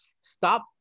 stop